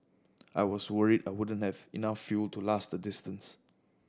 I was worried I wouldn't have enough fuel to last the distance